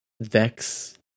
VEX